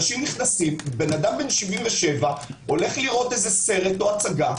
אנשים נכנסים, אדם בן 77 הולך לראות סרט או הצגה,